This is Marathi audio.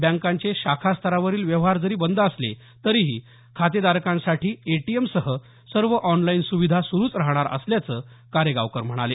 बँकांचे शाखास्तरावरील व्यवहार बंद असले तरीही खातेधारकांना एटीएमसह सर्व ऑनलाईन सुविधा सुरुच राहणार असल्याचं कारेगावकर म्हणाले